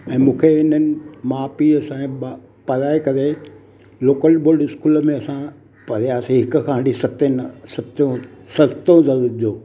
ऐं मूंखे इन्हनि माउ पीउ असांजे ॿा पढ़ाए करे लोकल बोड इस्कूल में असां पढ़ियासीं हिक खां वठी सतें ना सतों सतों दर्जो